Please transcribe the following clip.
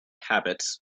habits